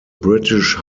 british